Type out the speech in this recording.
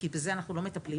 כי זה בזה אנחנו לא מטפלים,